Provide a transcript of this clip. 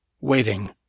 waiting